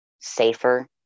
safer